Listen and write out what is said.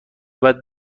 بعد